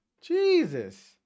Jesus